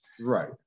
Right